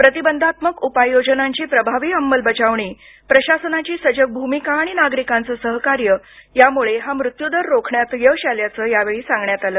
प्रतिबंधात्मक उपाययोजनांची प्रभावी अंमलबजावणी प्रशासनाची सजग भूमिका आणि नागरीकांचं सहकार्य यामुळं हा मृत्यूदर रोखण्यात यश आल्याचं यावेळी सांगण्यात आलं